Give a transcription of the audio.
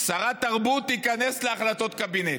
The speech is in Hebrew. שרת התרבות תיכנס להחלטות קבינט.